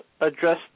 address